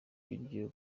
biryo